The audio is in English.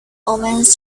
omens